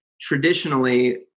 traditionally